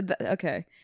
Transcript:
okay